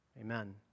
Amen